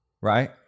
right